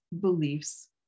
beliefs